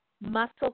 muscle